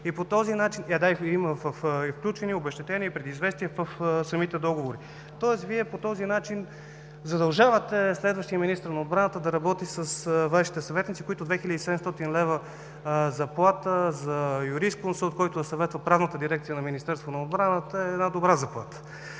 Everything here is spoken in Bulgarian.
шест месеца, с включени обезщетения и предизвестия в самите договори. По този начин Вие задължавате следващия министър на отбраната да работи с Вашите съветници. 2700 лв. заплата за юрисконсулт, който съветва Правната дирекция на Министерството на отбраната, е една добра заплата.